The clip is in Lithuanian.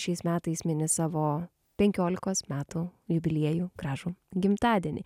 šiais metais mini savo penkiolikos metų jubiliejų gražų gimtadienį